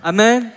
Amen